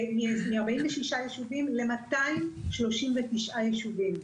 מ-46 יישובים ל-239 יישובים.